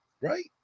right